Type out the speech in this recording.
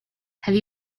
have